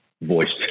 voiced